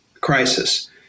crisis